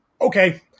okay